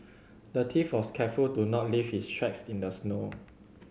the thief was careful to not leave his tracks in the snow